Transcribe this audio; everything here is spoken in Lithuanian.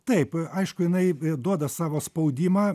taip aišku jinai duoda savo spaudimą